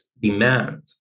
demand